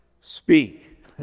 speak